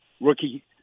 rookie